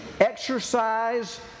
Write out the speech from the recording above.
Exercise